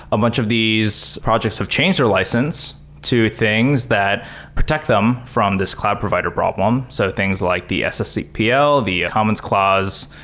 a bunch of these projects have changed their license to things that protect them from this cloud provider problem. so things like the sspl, the commons clause,